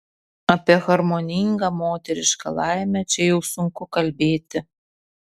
apie harmoningą moterišką laimę čia jau sunku kalbėti